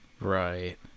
Right